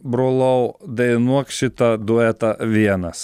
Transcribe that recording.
brolau dainuok šitą duetą vienas